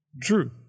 Drew